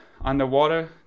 underwater